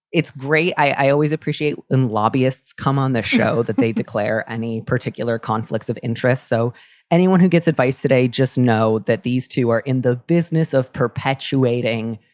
it's great. i always appreciate and lobbyists come on this show that they declare any particular conflicts of interest. so anyone who gets advice today just know that these two are in the business of perpetuating,